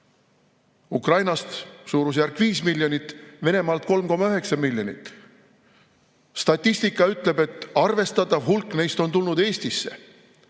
Ukrainast suurusjärgus 5 miljonit, Venemaalt 3,9 miljonit. Statistika ütleb, et arvestatav hulk neist on tulnud Eestisse.